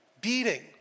beating